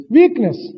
weakness